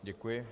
Děkuji.